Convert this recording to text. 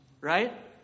right